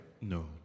No